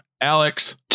alex